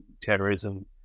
terrorism